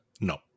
No